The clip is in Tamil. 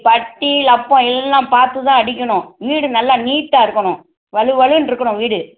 பட்டி லப்போம் எல்லாம் பார்த்து தான் அடிக்கணும் வீடு நல்லா நீட்டாக இருக்கணும் வழு வழுன்னு இருக்கணும் வீடு